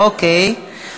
אוקיי.